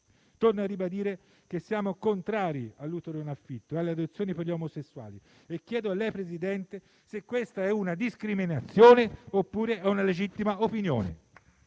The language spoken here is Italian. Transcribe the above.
Torno a ribadire che siamo contrari all'utero in affitto e alle adozioni per gli omosessuali e chiedo a lei, Presidente, se questa è una discriminazione oppure una legittima opinione.